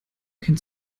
kennt